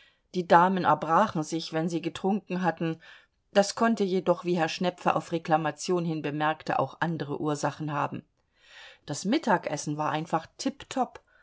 die damen erbrachen sich wenn sie getrunken hatten das konnte jedoch wie herr schnepfe auf reklamation hin bemerkte auch andere ursachen haben das mittagessen war einfach tipp